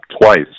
twice